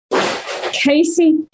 Casey